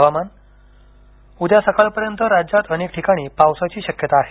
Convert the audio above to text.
हवामान उद्या सकाळपर्यंत राज्यात अनेक ठिकाणी पावसाची शक्यता आहे